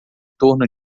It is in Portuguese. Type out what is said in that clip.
torno